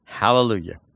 Hallelujah